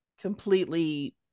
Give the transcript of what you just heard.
completely